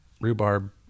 rhubarb